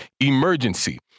emergency